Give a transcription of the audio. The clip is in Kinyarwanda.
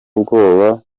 ubwoba